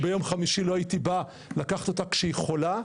אם ביום חמישי לא הייתי בא לקחת אותה כשהיא חולה,